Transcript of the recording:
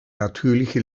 natürliche